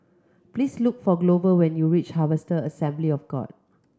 please look for Glover when you reach Harvester Assembly of God